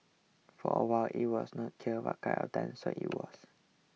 for a while it was not clear what kind of so it was